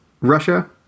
Russia